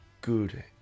good